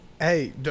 Hey